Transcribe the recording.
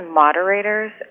moderators